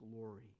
glory